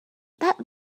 that